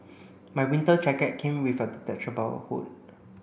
my winter jacket came with a detachable hood